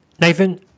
Nathan